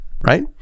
Right